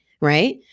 Right